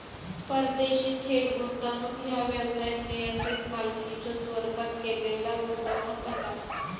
परदेशी थेट गुंतवणूक ह्या व्यवसायात नियंत्रित मालकीच्यो स्वरूपात केलेला गुंतवणूक असा